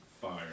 fire